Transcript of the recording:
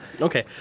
Okay